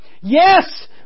Yes